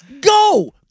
Go